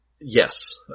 Yes